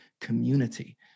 community